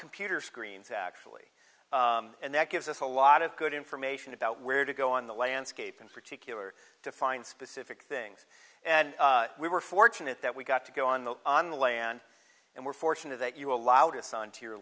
computer screens actually and that gives us a lot of good information about where to go on the landscape in particular to find specific things and we were fortunate that we got to go on the on land and we're fortunate that you allowed us onto your